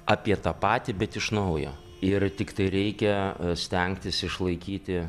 apie tą patį bet iš naujo ir tiktai reikia stengtis išlaikyti